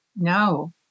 No